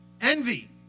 Envy